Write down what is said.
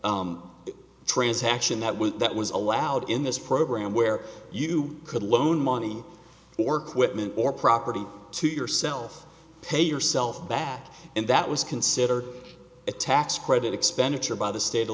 transaction that was that was allowed in this program where you could loan money or quitman or property to yourself to pay yourself back and that was considered a tax credit expenditure by the state of